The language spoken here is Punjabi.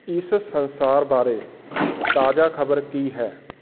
ਇਸ ਸੰਸਾਰ ਬਾਰੇ ਤਾਜ਼ਾ ਖ਼ਬਰ ਕੀ ਹੈ